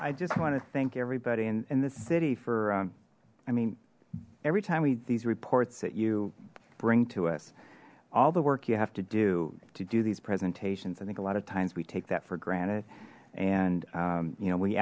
i just want to thank everybody in the city for i mean every time we these reports that you bring to us all the work you have to do to do these presentations i think a lot of times we take that for granted and you know we